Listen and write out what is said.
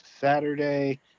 Saturday